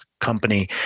company